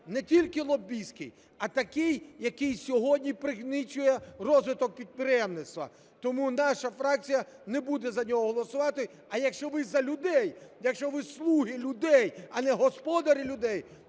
не тільки лобістським, а такий, який сьогодні пригнічує розвиток підприємництва. Тому наша фракція не буде за нього голосувати не буде за нього голосувати, а якщо ви за людей, якщо ви слуги людей, а не господарі людей,